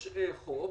שיש חוק,